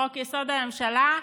חוק-יסוד: הממשלה?